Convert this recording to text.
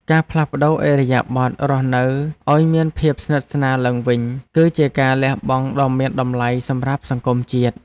ការផ្លាស់ប្តូរឥរិយាបថរស់នៅឱ្យមានភាពស្និទ្ធស្នាលឡើងវិញ គឺជាការលះបង់ដ៏មានតម្លៃសម្រាប់សង្គមជាតិ។